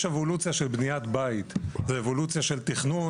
יש אבולוציה של בניית בית ואבולוציה של תכנון